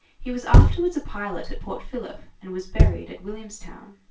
he was afterwards a pilot at port philip, and was buried at williamstown.